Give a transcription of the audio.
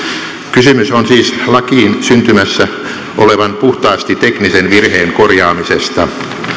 kysymys on siis lakiin syntymässä olevan puhtaasti teknisen virheen korjaamisesta